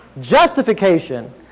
justification